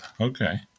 Okay